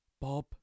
Bob